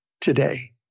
today